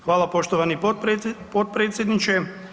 Hvala poštovani potpredsjedniče.